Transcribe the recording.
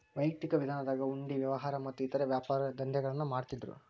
ವೈಯಕ್ತಿಕ ವಿಧಾನದಾಗ ಹುಂಡಿ ವ್ಯವಹಾರ ಮತ್ತ ಇತರೇ ವ್ಯಾಪಾರದಂಧೆಗಳನ್ನ ಮಾಡ್ತಿದ್ದರು